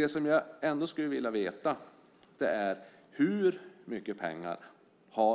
Jag skulle ändå vilja veta hur mycket pengar